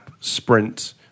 sprint